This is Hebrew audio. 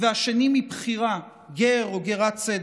והשני מבחירה, גר או גרת צדק,